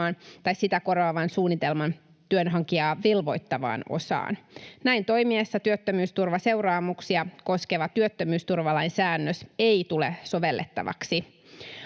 tai sitä korvaavan suunnitelman työnhakijaa velvoittavaan osaan. Näin toimittaessa työttömyysturvaseuraamuksia koskeva työttömyysturvalain säännös ei tule sovellettavaksi.